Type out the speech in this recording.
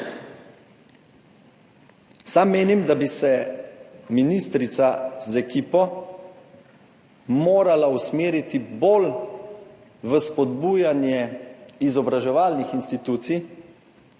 Sam menim, da bi se ministrica z ekipo morala usmeriti bolj v spodbujanje izobraževalnih institucij,